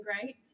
great